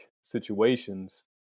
situations